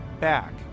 back